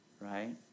right